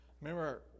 Remember